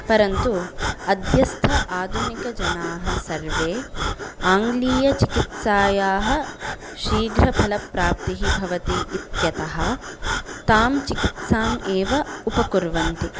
परन्तु अद्यस्थ आधुनिकजनाः सर्वे आङ्ग्लीयचिकित्सायाः शीघ्रफलप्राप्तिः भवति इत्यतः तां चिकित्साम् एव उपकुर्वन्ति